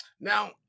Now